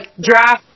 draft